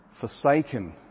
forsaken